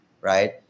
right